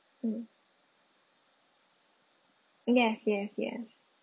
mm yes yes yes